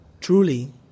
truly